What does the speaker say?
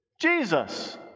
Jesus